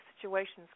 situations